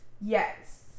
Yes